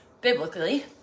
biblically